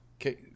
Okay